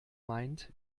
meint